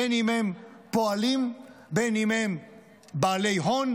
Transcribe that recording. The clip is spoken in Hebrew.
בין אם הם פועלים, בין אם הם בעלי הון,